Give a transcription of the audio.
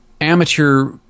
amateur